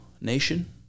Nation